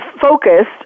focused